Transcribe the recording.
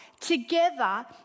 together